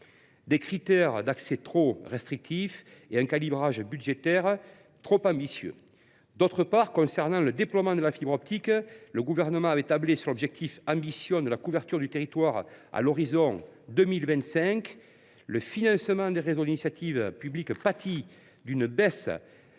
des critères d’accès trop restrictifs et un calibrage budgétaire trop ambitieux. D’autre part, en ce qui concerne le déploiement de la fibre optique, le Gouvernement avait tablé sur un objectif ambitieux de couverture du territoire à l’horizon 2025, mais le financement des réseaux d’initiative publique pâtit d’une baisse